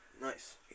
Nice